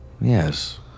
Yes